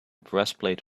breastplate